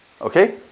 Okay